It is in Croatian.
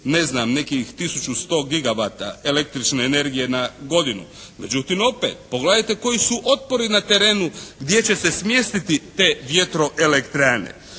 ne znam, nekih 1100 gigabajta električne energije na godinu. Međutim opet, pogledajte koji su otpori na terenu gdje će se smjestiti te vjetro-elektrane.